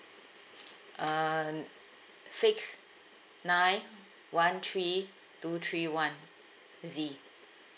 um six nine one three two three one Z